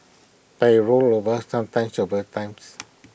but IT rolled over sometimes several times